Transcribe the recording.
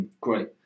Great